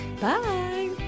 Bye